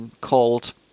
called